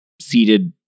seated